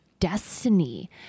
destiny